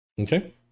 Okay